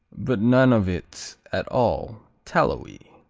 but none of it at all tallowy.